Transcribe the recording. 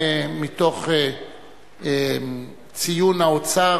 מתוך ציון האוצר